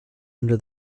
under